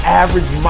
average